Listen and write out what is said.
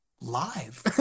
live